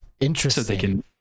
Interesting